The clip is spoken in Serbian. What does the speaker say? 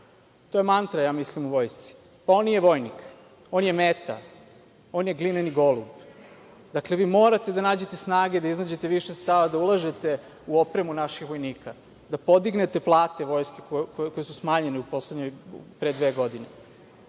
To je mantra, ja mislim, u Vojsci. On nije vojnik, on je meta, on je glineni golub. Dakle, vi morate da nađete snage da iznađete više sredstava, da ulažete u opremu naših vojnika, da podignete plate Vojske koje su smanjene pre dve godine.